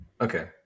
Okay